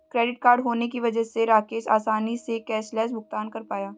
credit card होने की वजह से राकेश आसानी से कैशलैस भुगतान कर पाया